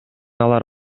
алар